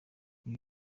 ibi